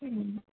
ഉ